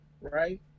right